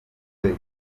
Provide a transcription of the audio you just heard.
nzego